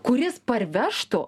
kuris parvežtų